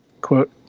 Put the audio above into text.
quote